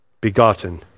begotten